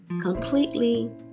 completely